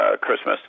Christmas